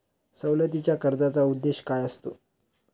सवलतीच्या कर्जाचा उद्देश काय असतो?